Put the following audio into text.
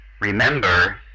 Remember